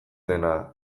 dena